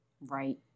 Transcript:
Right